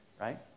right